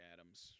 Adams